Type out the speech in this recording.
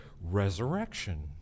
resurrection